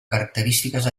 característiques